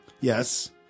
Yes